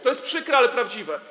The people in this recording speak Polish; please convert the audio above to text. To jest przykre, ale prawdziwe.